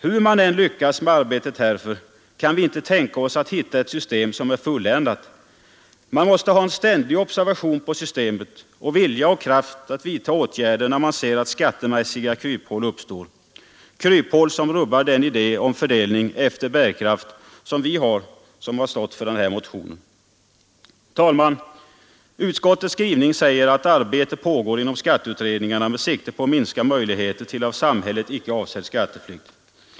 Hur man än lyckas med arbetet härför kan vi inte hoppas att hitta ett system som är fulländat. Man måste ha en ständig observation på systemet och vilja och kraft att vidtaga åtgärder när man ser att skattemässiga kryphål uppstår — kryphål som rubbar den idé om fördelning efter bärkraft som vi har som stått för motionen 135. Herr talman! Utskottets skrivning säger att arbete pågår inom skatteutredningarna med sikte på att minska möjligheterna till av samhället ej avsedd skatteflykt.